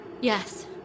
Yes